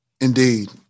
Indeed